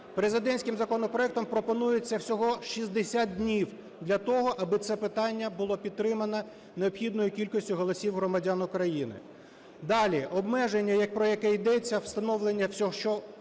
Президентським законопроектом пропонується всього 60 днів для того, аби це питання було підтримане необхідною кількістю голосів громадян України. Далі. Обмеження, про яке йдеться, встановлення, що